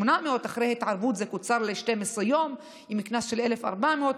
ואחרי התערבות זה קוצר ל-12 יום עם קנס של 1,400 שקל.